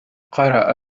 قرأ